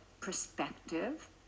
perspective